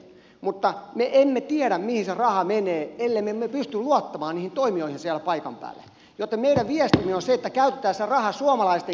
mutta me emme tiedä mihin se raha menee ellemme me pysty luottamaan toimijoihin siellä paikan päällä joten meidän viestimme on se että käytetään se raha suomalaisten kehitysapujärjestöjen kautta